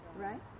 Right